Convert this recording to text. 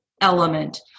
element